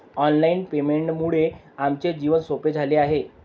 online पेमेंटमुळे आमचे जीवन सोपे झाले आहे